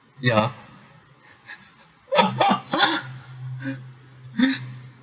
ya